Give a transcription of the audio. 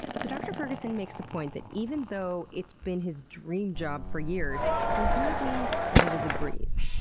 so, dr. ferguson makes the point that even though it's been his dream job for years, it does not mean that it is a breeze.